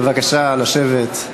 בבקשה לשבת.